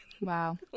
Wow